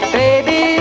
baby